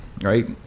right